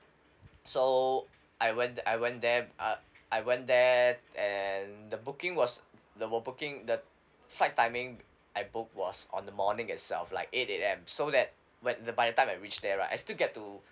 so I went the~ I went there uh I went there and the booking was the whole booking the flight timing I book was on the morning itself like eight A_M so that when the by the time I reach there right I still get to